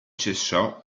cessò